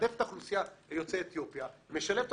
לתעדף את האוכלוסייה של יוצאי אתיופיה ולשלב אותה,